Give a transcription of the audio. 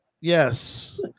yes